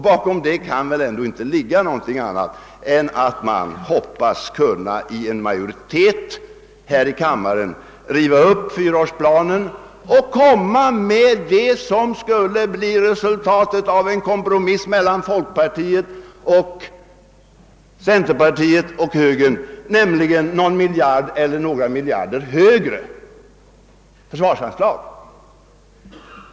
Bakom den skrivningen kan väl inte ligga något annat än en förhoppning att med en majoritet här i kammaren riva upp fyraårsplanen och ersätta den med det som blir resultatet av en kompromiss mellan folkpartiet, centern och högern, nämligen ett någon eller några miljarrer högre försvarsanslag.